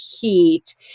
heat